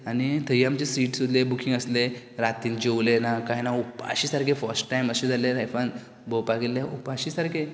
आनी थंय आमचें सीट सगलें बुकींग आसलें रातीन जोवले ना कांय ना उपाशी सारके फस्ट टायम अशें जालें लायफान भोंवपाक गेल्ले उपाशी सारके